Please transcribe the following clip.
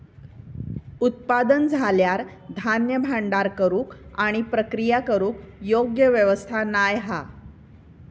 उत्पादन झाल्यार धान्य भांडार करूक आणि प्रक्रिया करूक योग्य व्यवस्था नाय हा